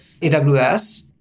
AWS